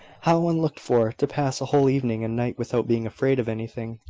how unlooked for, to pass a whole evening and night without being afraid of anything!